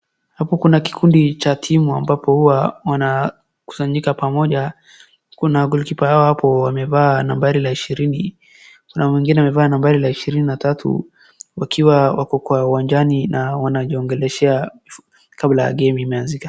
Hapo kuna kikundi cha timu ambapo huwa wanakusanyika pamoja kuna goalkeeper wao hapo ambaye amevaa nambari la ishirini, kuna mwingine amevalia nambari ishirini na tatu. Wakiwa wako kwa uwanjani na wanajiongeleshea kabla ya game imeanzika.